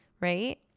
right